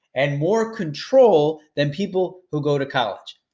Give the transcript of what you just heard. and more control than people who go to college.